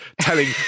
telling